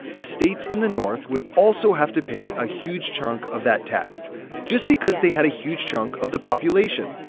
the states in the north would also have to pay a huge chunk of that tax just because they had a huge chunk of the population.